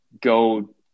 go